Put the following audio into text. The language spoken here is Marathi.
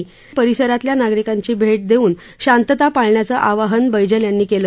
नागरिकांची परिसरातल्या नागरिकांची भेट देऊन शांतता पाळण्याचं आवाहन बैजल यांनी केलं